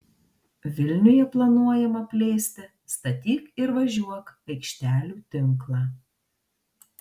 vilniuje planuojama plėsti statyk ir važiuok aikštelių tinklą